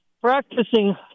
practicing